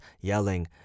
yelling